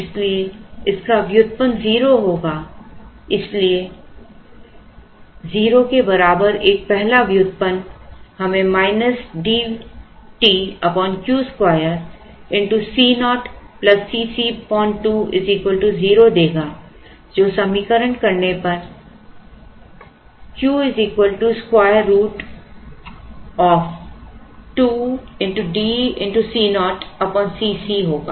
इसलिए इसका व्युत्पन्न 0 होगा इसलिए 0 के बराबर एक पहला व्युत्पन्न हमें DQ2 Co Cc2 0 देगा जो सरलीकरण करने पर Q square root 2DCo Cc होगा